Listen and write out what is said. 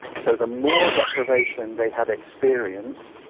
so the more deprivation they had experienced,